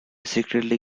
secretly